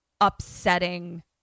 upsetting